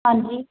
ਹਾਂਜੀ